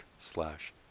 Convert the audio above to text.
slash